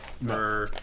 No